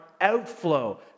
outflow